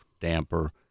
damper